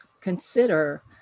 consider